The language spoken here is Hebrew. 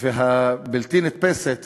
והבלתי-נתפסת